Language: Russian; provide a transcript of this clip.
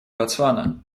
ботсвана